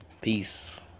peace